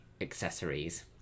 accessories